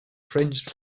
fringed